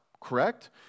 Correct